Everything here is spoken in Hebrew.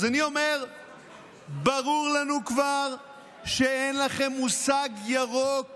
אז אני אומר, כבר ברור לנו שאין לכם מושג ירוק